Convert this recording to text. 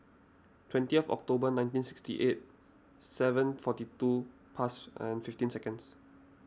twenty October nineteen sixty eight seven forty two pass and fifteen seconds